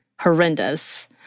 horrendous